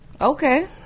okay